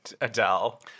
Adele